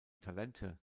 talente